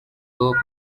burgh